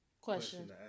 question